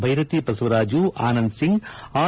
Byrathi Basavaraju Anand Singh R